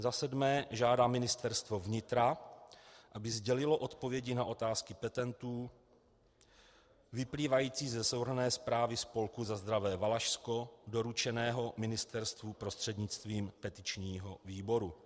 VII. žádá Ministerstvo vnitra, aby sdělilo odpovědi na otázky petentů vyplývající ze souhrnné zprávy spolku Za zdravé Valašsko doručené ministerstvu prostřednictvím petičního výboru;